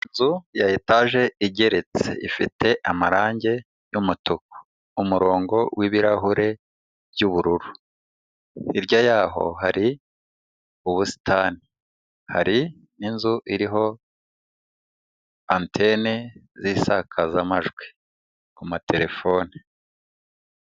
Inzu ya etaje igeretse, ifite amarangi y'umutuku, umurongo w'ibirahure by'ubururu, hirya y'aho hari ubusitani, hari n'inzu iriho antene z'isakazamajwi ku materefone.